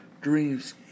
dreams